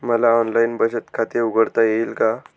मला ऑनलाइन बचत खाते उघडता येईल का?